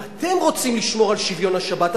אם אתם רוצים לשמור על צביון השבת,